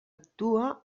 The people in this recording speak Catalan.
actua